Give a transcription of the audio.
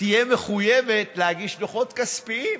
תהיה מחויבת להגיש דוחות כספיים.